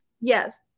yes